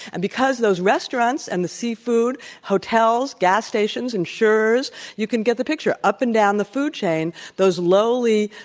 and because those restaurants and the seafood, hotels, gas stations, insurers, you can get the picture up and down the food chain, those lowly,